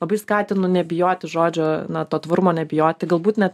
labai skatinu nebijoti žodžio na to tvarumo nebijoti galbūt net